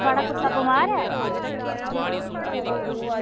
थुआढ़ा कुत्ता बमार ऐ